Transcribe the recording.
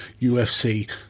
UFC